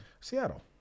Seattle